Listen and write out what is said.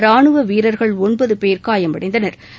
ராணுவ வீரா்களில் ஒன்பது பேர் காயமடைந்தனா்